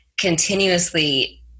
continuously